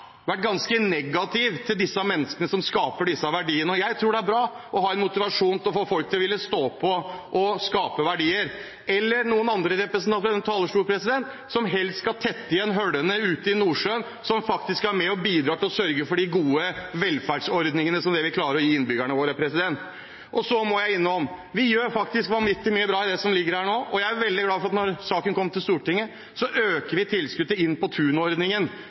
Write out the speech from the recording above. vært ganske negative til de menneskene som skaper disse verdiene. Jeg tror det er bra å ha en motivasjon som får folk til å ville stå på og skape verdier. Andre representanter på denne talerstolen vil helst tette igjen hullene ute i Nordsjøen, som faktisk er med og bidrar til de gode velferdsordningene vi klarer å gi innbyggerne våre. Så må jeg innom at vi faktisk gjør vanvittig mye bra med det som foreligger her nå. Jeg er veldig glad for at da saken kom til Stortinget, økte vi tilskuddet til Inn på